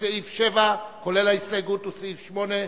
סעיף 8,